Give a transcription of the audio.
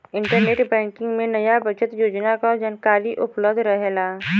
internet banking में नया बचत योजना क जानकारी उपलब्ध रहेला